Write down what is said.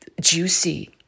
juicy